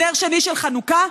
נר שני של חנוכה,